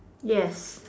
yes